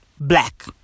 black